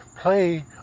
play